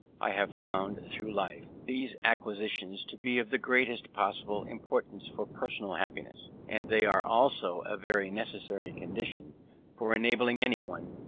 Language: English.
i have found, through life, these acquisitions to be of the greatest possible importance for personal happiness, and they are also a very necessary condition for enabling anyone,